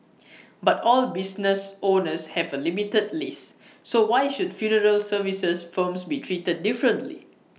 but all business owners have A limited lease so why should funeral services firms be treated differently